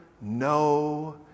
no